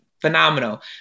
phenomenal